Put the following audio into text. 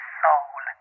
soul